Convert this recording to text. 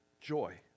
joy